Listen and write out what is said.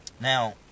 Now